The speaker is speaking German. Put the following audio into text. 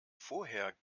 vorher